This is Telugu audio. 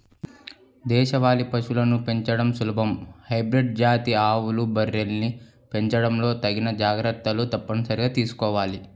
దేశవాళీ పశువులను పెంచడం సులభం, హైబ్రిడ్ జాతి ఆవులు, బర్రెల్ని పెంచడంలో తగిన జాగర్తలు తప్పనిసరిగా తీసుకోవాల